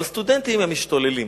אבל סטודנטים, הם משתוללים.